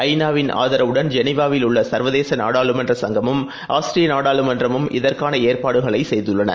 ஐ நா வின் ஆதரவுடன் ஜெனீவாவிலுள்ளசர்வதேசநாடாளுமன்ற சங்கமும் ஆஸ்திரியநாடாளுமன்றமும் இதற்கானஏற்பாடுகளைசெய்துள்ளன